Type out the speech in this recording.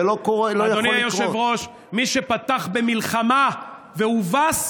אני מאמינה שיש מקום לתת מקום גם לרגשות של דאגה ועצב העולות